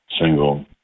Single